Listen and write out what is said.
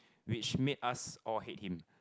which made us all hate him